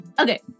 Okay